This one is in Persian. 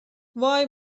وای